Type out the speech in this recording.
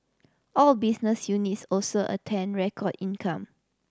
all business units also attained record income